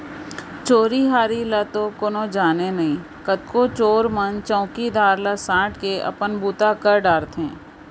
चोरी हारी ल तो कोनो जाने नई, कतको चोर मन चउकीदार ला सांट के अपन बूता कर डारथें